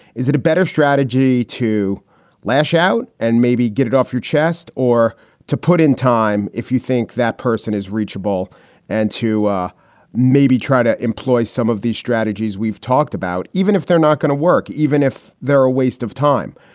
is it a better strategy to lash out and maybe get it off your chest or to put in time if you think that person is reachable and to maybe try to employ some of these strategies we've talked about, even if they're not going to work, even if they're a waste of time?